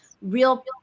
Real